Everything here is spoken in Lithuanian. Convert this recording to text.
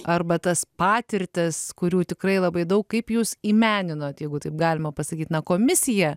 arba tas patirtis kurių tikrai labai daug kaip jūs į meninot jeigu taip galima pasakyt na komisija